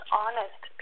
honest